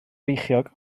feichiog